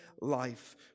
life